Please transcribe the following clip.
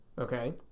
okay